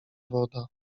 woda